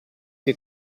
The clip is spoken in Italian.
che